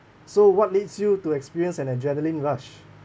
so what leads you to experience an adrenaline rush